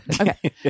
Okay